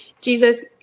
jesus